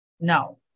No